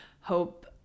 hope